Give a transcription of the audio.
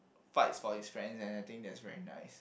fights for his friends and I think that's very nice